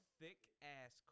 thick-ass